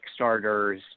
Kickstarters